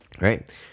Right